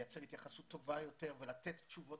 לייצר התייחסות טובה יותר ולתת תשובות